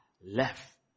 left